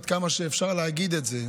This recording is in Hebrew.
עד כמה שאפשר להגיד את זה,